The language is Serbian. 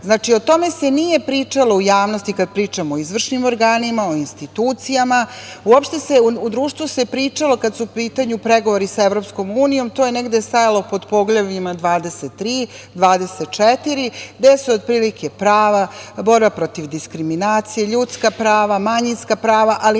rada. Znači, o tome se nije pričalo u javnosti, kada pričamo o izvršnim organima, o institucijama. U društvu se pričalo kada su u pitanju pregovori sa Evropskom unijom, to je negde stajalo pod poglavljima 23, 24, gde su otprilike prava, borba protiv diskriminacije, ljudska prava, manjinska prava, ali nigde